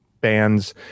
bands